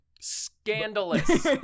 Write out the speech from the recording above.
scandalous